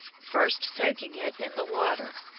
first soaking it in the water.